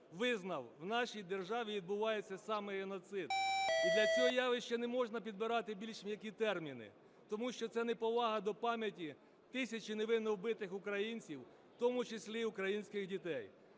визнав, в нашій державі відбувається саме геноцид. І для цього явища не можна підбирати більш м'які терміни, тому що це неповага до пам'яті тисячі невинно вбитих українців, в тому числі українських дітей.